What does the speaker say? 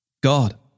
God